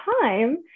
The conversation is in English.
time